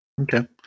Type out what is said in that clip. Okay